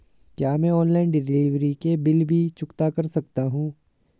क्या मैं online delivery के भी बिल चुकता कर सकता हूँ?